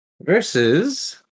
versus